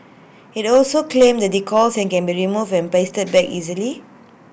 he also claimed the decals can be removed and pasted back easily